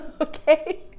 okay